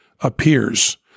appears